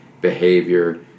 behavior